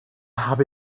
habe